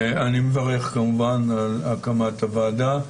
אני מברך על הקמת הוועדה.